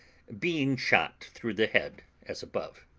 being shot through the head, as above.